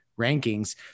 rankings